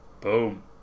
Boom